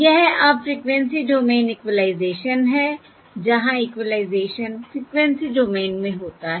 यह अब frequency domain equalization है जहाँ इक्विलाइज़ेशन फ़्रीक्वेंसी डोमेन में होता है